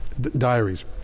diaries